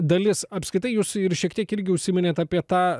dalis apskritai jūs ir šiek tiek irgi užsiminėt apie tą